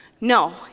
No